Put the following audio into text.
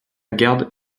garde